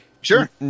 Sure